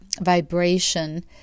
vibration